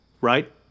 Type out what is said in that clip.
right